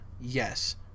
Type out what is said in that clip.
Yes